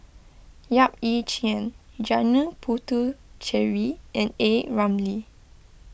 Yap Ee Chian Janil Puthucheary and A Ramli